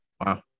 Wow